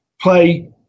play